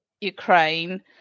Ukraine